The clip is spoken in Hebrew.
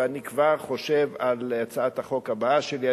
ואני כבר חושב על הצעת החוק הבאה שלי,